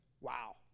wow